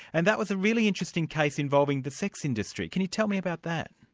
and that was a really interesting case involving the sex industry. can you tell me about that?